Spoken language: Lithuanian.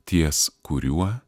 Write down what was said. ties kuriuo